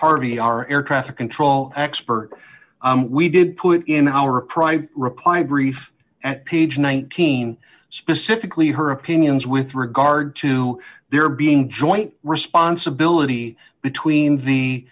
harvey our air traffic control expert we did put in our private reply brief at page nineteen specifically her opinions with regard to there being joint responsibility between the